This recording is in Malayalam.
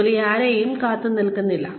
ജോലി ആരെയും കാത്തിരിക്കുന്നില്ല